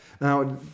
Now